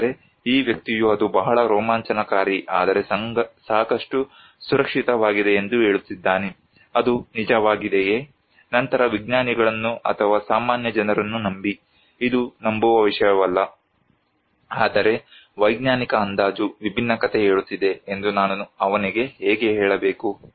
ಆದರೆ ಈ ವ್ಯಕ್ತಿಯು ಅದು ಬಹಳ ರೋಮಾಂಚನಕಾರಿ ಆದರೆ ಸಾಕಷ್ಟು ಸುರಕ್ಷಿತವಾಗಿದೆ ಎಂದು ಹೇಳುತ್ತಿದ್ದಾನೆ ಅದು ನಿಜವಾಗಿದೆಯೆ ನಂತರ ವಿಜ್ಞಾನಿಗಳನ್ನು ಅಥವಾ ಸಾಮಾನ್ಯ ಜನರನ್ನು ನಂಬಿ ಇದು ನಂಬುವ ವಿಷಯವಲ್ಲ ಆದರೆ ವೈಜ್ಞಾನಿಕ ಅಂದಾಜು ವಿಭಿನ್ನ ಕಥೆ ಹೇಳುತ್ತಿದೆ ಎಂದು ನಾನು ಅವನಿಗೆ ಹೇಗೆ ಹೇಳಬೇಕು